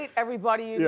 everybody, you know,